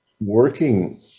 working